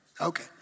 Okay